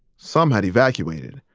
some had evacuated,